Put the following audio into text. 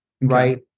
right